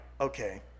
okay